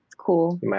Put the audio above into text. Cool